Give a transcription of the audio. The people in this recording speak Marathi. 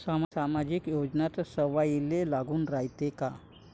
सामाजिक योजना सर्वाईले लागू रायते काय?